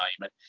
time